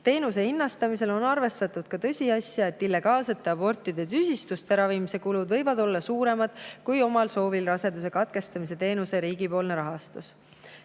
Teenuse hinnastamisel on arvestatud ka tõsiasja, et illegaalsete abortide tüsistuste ravimise kulud riigile võivad olla suuremad kui omal soovil raseduse katkestamise teenuse rahastamine.